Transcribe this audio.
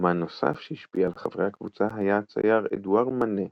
אמן נוסף שהשפיע על חברי הקבוצה היה הצייר אדואר מאנה,